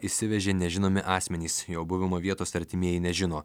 išsivežė nežinomi asmenys jo buvimo vietos artimieji nežino